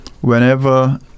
whenever